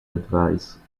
advice